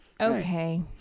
Okay